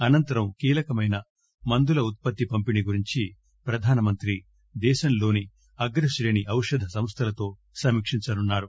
అనంతరం కీలకమైన మందుల ఉత్పత్తి పంపిణీ గురించి ప్రధానమంత్రి దేశంలోని అగ్రశ్రేణి ఔషధ సంస్లలతో సమీక్షించనున్నారు